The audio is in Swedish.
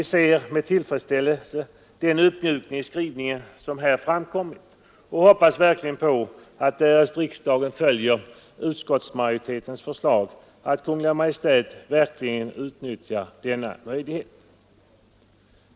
Vi ser med tillfredsställelse den uppmjukning i skrivningen som här gjorts, och vi hoppas att — därest riksdagen följer utskottsmajoritetens förslag — Kungl. Maj:t verkligen utnyttjar denna möjlighet.